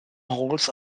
halls